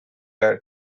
are